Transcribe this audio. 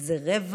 אלא זה רווח